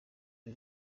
ari